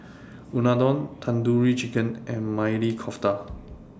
Unadon Tandoori Chicken and Maili Kofta